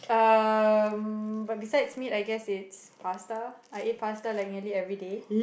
um but besides meat I guess it's pasta I ate pasta like nearly everyday